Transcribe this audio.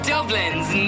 Dublin's